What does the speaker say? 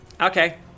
Okay